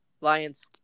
Lions